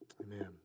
Amen